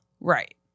Right